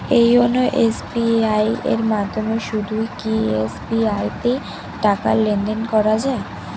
YONO SBI এর মাধ্যমে শুধুই কি এস.বি.আই তে টাকা লেনদেন করা যায়?